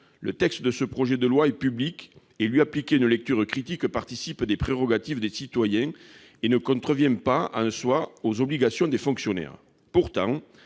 Le texte de ce projet de loi est public : lui appliquer une lecture critique participe des prérogatives des citoyens et ne contrevient pas en soi aux obligations des fonctionnaires. Pourtant,